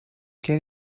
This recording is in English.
can